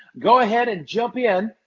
go ahead and jump in.